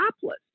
topless